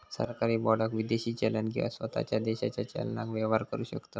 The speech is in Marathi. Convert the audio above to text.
सरकारी बाँडाक विदेशी चलन किंवा स्वताच्या देशाच्या चलनान व्यवहार करु शकतव